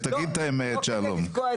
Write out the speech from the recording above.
שתדעו,